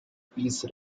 peace